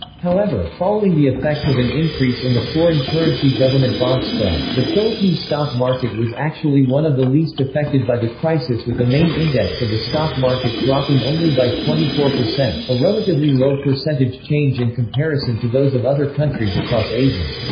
however, following the effects of an increase in the foreign currency government bond spread, the philippine stock market was actually one of the least affected by the crisis with the main index of the stock market dropping only by twenty four percent, a relatively low percentage change in comparison to those of other countries across asia.